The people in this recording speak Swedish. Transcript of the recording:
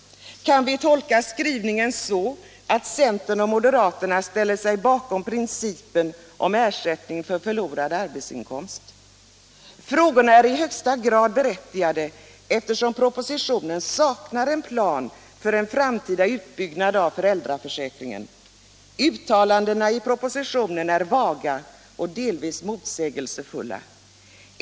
Kan vi tolka skrivningen så att centern och moderaterna ställer sig bakom principen om ersättning för förlorad arbetsinkomst? Frågorna är i högsta grad berättigade eftersom propositionen saknar en plan för en framtida utbyggnad av föräldraförsäkringen. Uttalandena i propositionen är vaga och delvis motsägelsefulla.